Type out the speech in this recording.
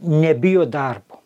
nebijo darbo